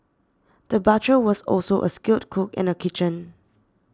the butcher was also a skilled cook in the kitchen